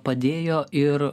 padėjo ir